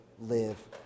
live